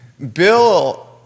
Bill